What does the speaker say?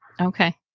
Okay